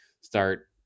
start